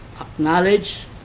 Acknowledge